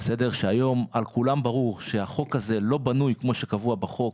כאשר היום לכולם ברור שהחוק הזה לא בנוי כמו שקבוע בחוק,